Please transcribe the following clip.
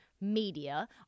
media